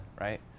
right